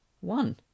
one